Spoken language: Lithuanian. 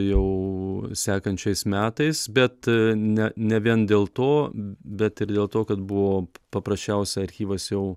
jau sekančiais metais bet ne ne vien dėl to bet ir dėl to kad buvo paprasčiausia archyvas jau